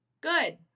good